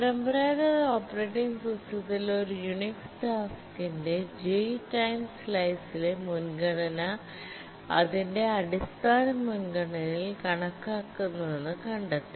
പരമ്പരാഗത ഓപ്പറേറ്റിംഗ് സിസ്റ്റത്തിൽ ഒരു യുണിക്സ് ടാസ്ക്കിന്റെ j ടൈം സ്ലൈസ് ലെ മുൻഗണന അതിന്റെ അടിസ്ഥാനമുന്ഗണനയിൽ കണക്കാക്കുന്നുവെന്ന് കണ്ടെത്തി